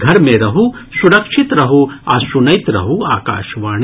घर मे रहू सुरक्षित रहू आ सुनैत रहू आकाशवाणी